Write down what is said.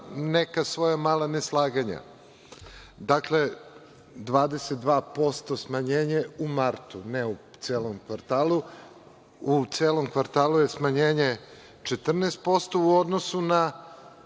neka svoja neslaganja iznesem. Dakle, 22% smanjenje u martu, ne u celom kvartalu. U celom kvartalu je smanjenje 14% u odnosu na